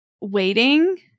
waiting